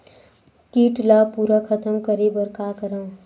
कीट ला पूरा खतम करे बर का करवं?